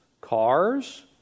cars